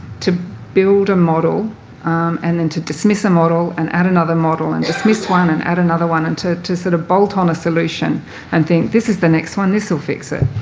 to build a model and then to dismiss a model, and add another model and dismiss one and add another one and to to sort of bolt on a solution and think, this is the next one, this will fix it.